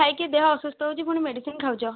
ଖାଇକି ଦେହ ଅସୁସ୍ଥ ହେଉଛ ପୁଣି ମେଡ଼ିସିନ୍ ଖାଉଛ